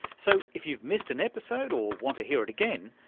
so if you've missed an episode or want to hear it again,